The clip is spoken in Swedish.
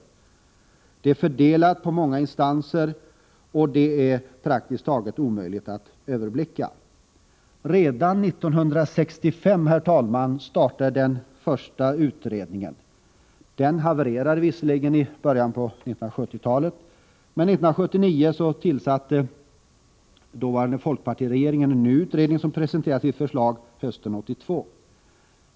Arbetet är fördelat på många instanser och är som sagt näst intill omöjligt att överblicka. Herr talman! Redan 1965 startade den första utredningen. Den havererade visserligen i början av 1970-talet. Men 1979 tillsatte den dåvarande folkpartiregeringen en ny utredning som presenterade sitt förslag hösten 1982.